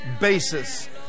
basis